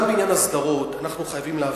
בעניין הסדרות אנחנו חייבים להבין,